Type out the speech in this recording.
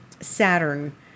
Saturn